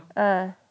ah